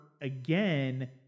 again